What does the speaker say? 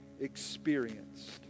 experienced